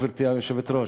גברתי היושבת-ראש?